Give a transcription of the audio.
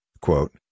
quote